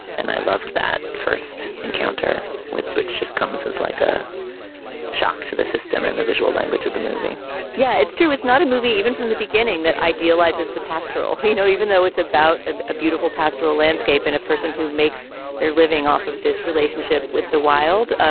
and i loved that first encounter with twitch just comes as like a shock to the system and the visual language of the movie yeah, it's true. it's not a movie, even from the beginning that idealizes the pastoral, you know, even though it's about a a beautiful pastoral landscape and a person who makes their living off of this relationship with the wild,